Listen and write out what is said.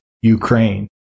Ukraine